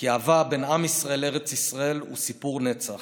כי האהבה בין עם ישראל לארץ ישראל היא סיפור נצח.